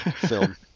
film